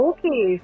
Okay